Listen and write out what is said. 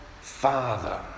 Father